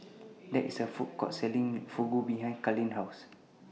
There IS A Food Court Selling Fugu behind Carlyn's House